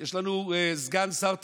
יש לנו סגן שר תחבורה,